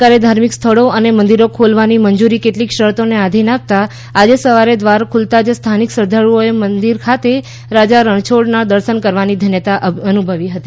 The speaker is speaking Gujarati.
સરકારે ધાર્મિક સ્થળો અને મંદિરો ખોલવાની મંજૂરી કેટલીક શરતોને આધીન આપતા આજે સવારે દ્વાર ખુલતા જ સ્થાનિક શ્રદ્વાળુઓએ મંદિર ખાતે રાજા રણછોડના દર્શન કરી ધન્યતા અનુભવી હતી